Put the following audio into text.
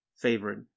favorite